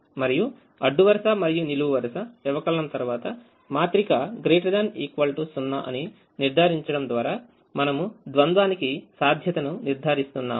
మరియు అడ్డు వరుసమరియు నిలువు వరుస వ్యవకలనం తరువాత మాత్రిక ≥ 0 అని నిర్ధారించడం ద్వారా మనము ద్వంద్వానికి సాధ్యతను నిర్ధారిస్తున్నాము